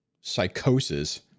psychosis